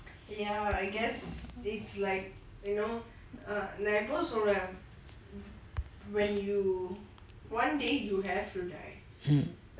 hmm